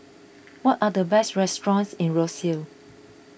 what are the best restaurants in Roseau